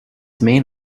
main